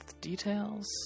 details